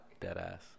Deadass